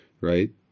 Right